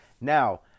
Now